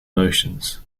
motions